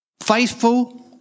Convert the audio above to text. Faithful